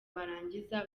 barangiza